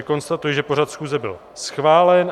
Konstatuji, že pořad schůze byl schválen.